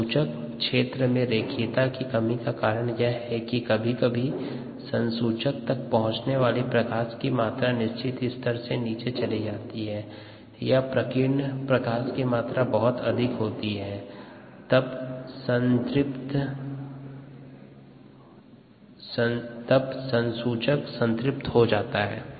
संसूचक क्षेत्र में रेखीयता की कमी का कारण यह है कि कभी कभी संसूचक तक पहुँचने वाली प्रकाश की मात्रा एक निश्चित स्तर से नीचे चली जाती है या प्रकीर्णन प्रकाश की मात्रा बहुत अधिक होती है तब संसूचक संतृप्त हो जाता है